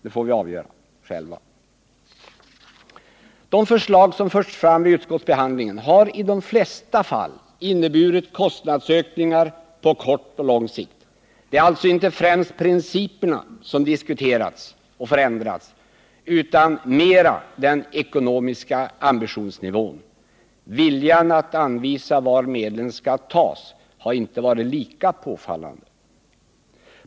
Det får var och en själv avgöra. De förslag som förts fram vid utskottsbehandlingen har i de flesta fall inneburit kostnadsökningar på kort och lång sikt. Det är alltså inte främst principerna som diskuterats och förändrats utan mera den ekonomiska ambitionsnivån. Viljan att anvisa var medlen skall tas har inte varit lika påfallande.